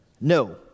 No